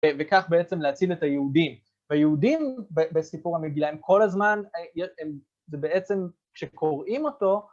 וכך בעצם להציל את היהודים, והיהודים בסיפור המגילה הם כל הזמן, זה בעצם כשקוראים אותו,